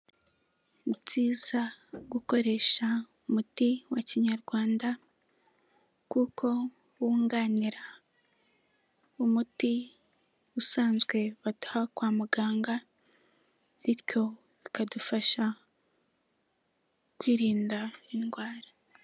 Ni byiza gukoresha umuti wa kinyarwanda kuko wunganira umuti usanzwe baduha kwa muganga bityo bikadufasha kwirinda indwara.